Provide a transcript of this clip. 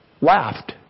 laughed